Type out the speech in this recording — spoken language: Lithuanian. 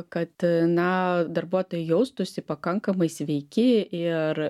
kad na darbuotojai jaustųsi pakankamai sveiki ir